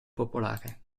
popolare